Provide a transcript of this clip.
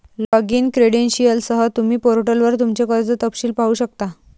login क्रेडेंशियलसह, तुम्ही पोर्टलवर तुमचे कर्ज तपशील पाहू शकता